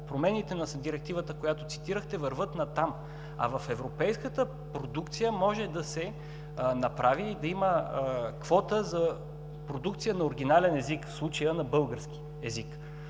Промените на директивата, която цитирахте, вървят натам. А в европейската продукция може да се направи и да има квота за продукция на оригинален език, в случая на български език.